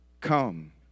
come